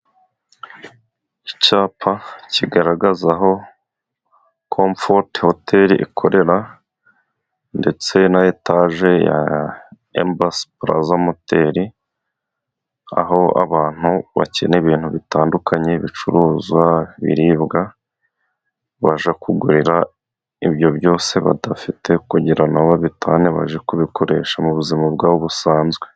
Icyapa kigaragaza aho comforo hoteli, ikorera ndetse na etage ya embasiporaza moteri, aho abantu bakeneye ibintu bitandukanye ibicuruzwa biribwa, basha kugurira ibyo byose badafite kugira na bo babitahane bajye kubikoresha mu buzima bwabo busanzwe.